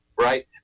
right